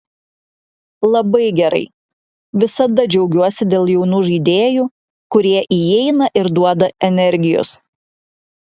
labai gerai visada džiaugiuosi dėl jaunų žaidėjų kurie įeina ir duoda energijos